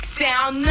sound